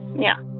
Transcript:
yeah.